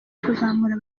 kuzamura